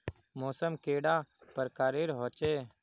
मौसम कैडा प्रकारेर होचे?